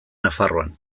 nafarroan